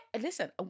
listen